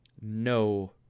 no